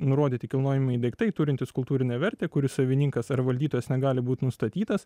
nurodyti kilnojami daiktai turintys kultūrinę vertę kurių savininkas ar valdytojas negali būt nustatytas